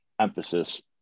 emphasis